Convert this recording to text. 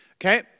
Okay